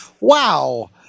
wow